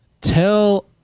tell